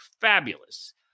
fabulous